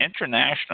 international